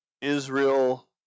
Israel